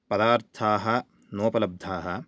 पदार्थाः नोपलब्धाः